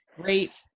great